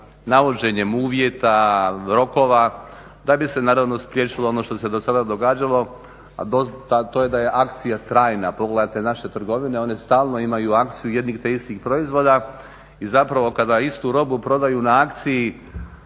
navođenjem uvjeta rokova da bi se naravno spriječilo ono što se do sada događalo, a to je da je akcija trajna. Pogledajte naše trgovine, one stalno imaju akciju jednih te istih proizvoda i zapravo kada istu robu prodaju na akciji